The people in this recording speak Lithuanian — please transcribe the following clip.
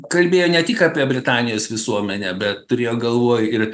kalbėjo ne tik apie britanijos visuomenę bet turėjo galvoj ir